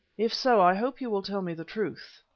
if so, i hope you will tell me the truth.